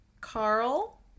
carl